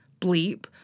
bleep